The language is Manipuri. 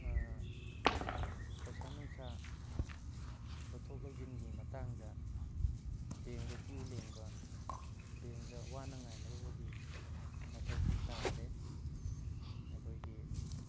ꯄꯩꯁꯥ ꯅꯨꯡꯁꯥ ꯂꯧꯊꯣꯛ ꯂꯧꯁꯤꯟꯒꯤ ꯃꯇꯥꯡꯗ ꯕꯦꯡꯀꯗ ꯀ꯭ꯌꯨ ꯂꯦꯡꯕ ꯕꯦꯡꯀꯗ ꯋꯥꯅ ꯉꯥꯏꯅꯔꯨꯕꯒꯤ ꯃꯊꯧꯁꯨ ꯇꯥꯗ꯭ꯔꯦ ꯑꯩꯈꯣꯏꯒꯤ